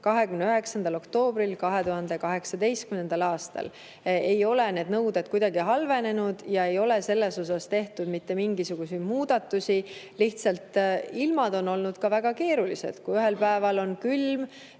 29. oktoobril 2018. aastal. Ei ole neid nõudeid kuidagi halvendatud ega ole nendega seoses tehtud mitte mingisuguseid muudatusi. Lihtsalt ilm on olnud väga keeruline. Kui ühel päeval on külm